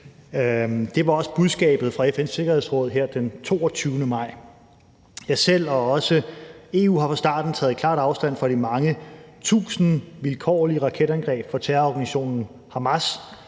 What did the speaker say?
Det var også budskabet fra FN's Sikkerhedsråd her den 22. maj. Jeg selv og også EU har fra starten taget klart afstand fra de mange tusind vilkårlige raketangreb fra terrororganisationen Hamas